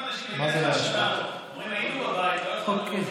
אנשים אומרים: היינו בבית, לא יכולנו ללמוד.